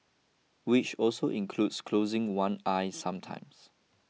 which also includes closing one eye sometimes